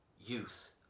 youth